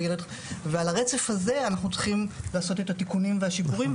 ועל הרצף הזה אנחנו צריכים לעשות את התיקונים והשיפורים,